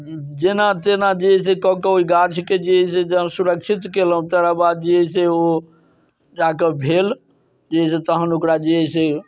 जेना तेना जे है से कऽ कऽ ओइ गाछके जे है से सुरक्षित केलहुँ तकरा बाद जे है से ओ जाके भेल जे है से तहन ओकरा जे है से